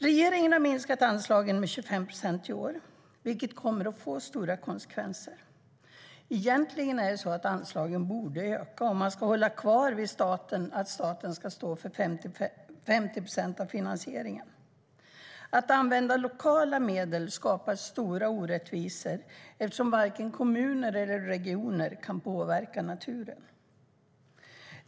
Regeringen har i år minskat anslagen med 25 procent, vilket kommer att få stora konsekvenser. Egentligen borde anslagen ökas om man ska hålla kvar vid att staten ska stå för 50 procent av finansieringen. Att använda lokala medel skapar stora orättvisor eftersom varken kommuner eller regioner kan påverka naturen.